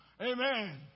Amen